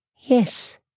Yes